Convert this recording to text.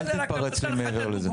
אל תתפרץ מעבר לזה.